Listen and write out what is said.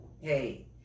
Hey